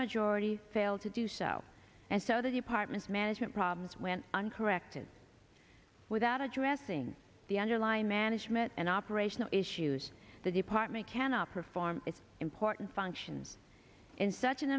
majority failed to do so and so the department's management problems went uncorrected without addressing the underlying management and operational issues the department cannot perform its important functions in such an